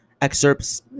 Excerpts